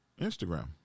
Instagram